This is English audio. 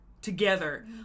together